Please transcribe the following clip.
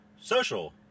social